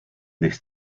this